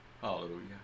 Hallelujah